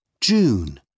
June